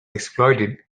exploited